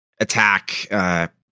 attack